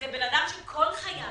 זה בן אדם שכל חייו